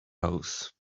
house